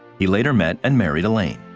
he later met and married elaine.